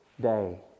day